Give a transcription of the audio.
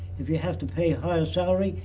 if you have to pay ah salary,